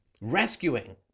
rescuing